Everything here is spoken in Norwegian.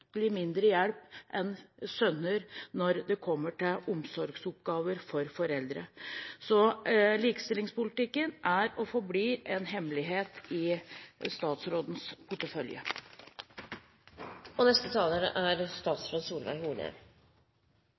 betraktelig mindre hjelp enn sønner når det kommer til omsorgsoppgaver for foreldre. Så likestillingspolitikken er og forblir en hemmelighet i statsrådens